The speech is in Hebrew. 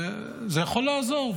זה יכול לעזור,